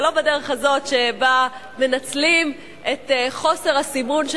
אבל לא בדרך הזאת שבה מנצלים את חוסר הסימון של